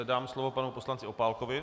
Dám slovo panu poslanci Opálkovi.